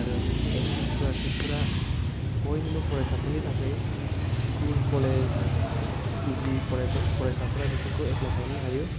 आरो एसटि स्कलारशिपफोरा बयनिबो फरायसाफोरनि थाखाय स्कुल कलेज पिजि फराय फरायसाफ्राबो बेफोरखौ एफ्लाय खालामनो हायो